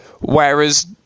Whereas